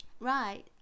Right